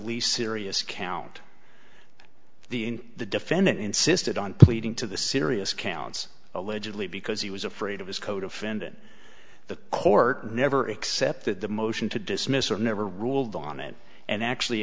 least serious count the in the defendant insisted on pleading to the serious counts allegedly because he was afraid of his codefendant the court never accepted the motion to dismiss or never ruled on it and actually